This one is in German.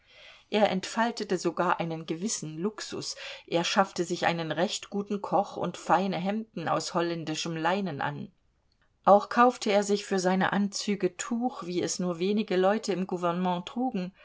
er entfaltete sogar einen gewissen luxus er schaffte sich einen recht guten koch und feine hemden aus holländischem leinen an auch kaufte er sich für seine anzüge ein tuch wie es nur wenige leute im gouvernement trugen